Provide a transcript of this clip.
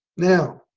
now.